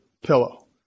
pillow